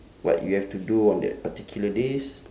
what you have to do on that particular days